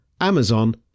Amazon